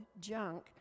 junk